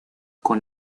con